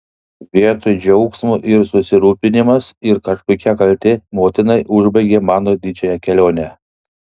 vietoj džiaugsmo ir susirūpinimas ir kažkokia kaltė motinai užbaigė mano didžiąją kelionę